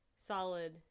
solid